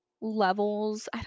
levels